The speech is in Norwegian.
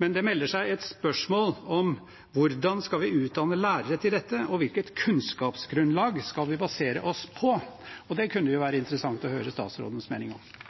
Det melder seg da følgende spørsmål: Hvordan skal vi utdanne lærere til dette? Hvilket kunnskapsgrunnlag skal vi basere oss på? Det kunne det være interessant å høre statsrådens mening om.